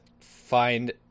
find